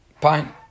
Fine